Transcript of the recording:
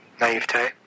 Naivete